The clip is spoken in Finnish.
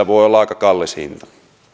voi olla aika kallis hinta